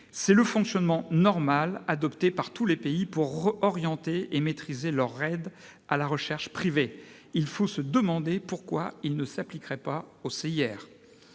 C'est le fonctionnement normal adopté par tous les pays pour orienter et maîtriser leurs aides à la recherche privée. Il faut se demander pourquoi il ne s'appliquerait pas au CIR.